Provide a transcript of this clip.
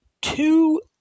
two